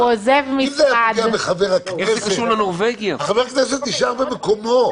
אם זה היה פוגע בחבר כנסת, חבר הכנסת נשאר במקומו.